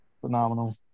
phenomenal